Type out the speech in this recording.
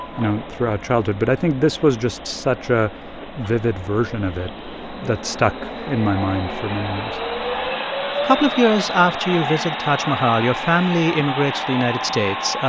you know, throughout childhood, but i think this was just such a vivid version of it that stuck in my mind for many years a couple of years after you visit taj mahal, your family immigrates to the united states.